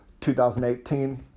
2018